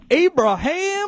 abraham